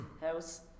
house